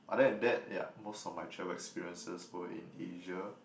other than that yeah most of my travel experiences were in Asia